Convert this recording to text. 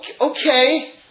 Okay